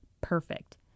Perfect